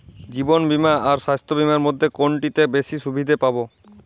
জীবন বীমা আর স্বাস্থ্য বীমার মধ্যে কোনটিতে বেশী সুবিধে পাব?